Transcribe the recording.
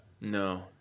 no